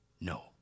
no